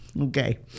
Okay